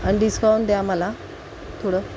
आणि डिस्काऊंट द्या मला थोडं